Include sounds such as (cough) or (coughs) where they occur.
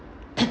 (coughs)